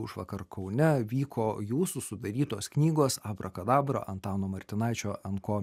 užvakar kaune vyko jūsų sudarytos knygos abrakadabra antano martinaičio ant ko